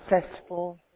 successful